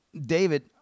david